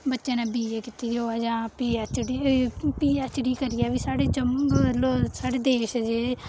बच्चे ने B A कीती दी होवै जां P H D P H D करियै बी साढ़े जम्मू साढ़े देश दे